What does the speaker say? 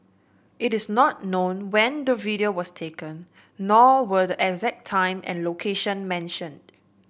it is not known when the video was taken nor were the exact time and location mentioned